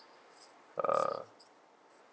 uh